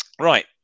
Right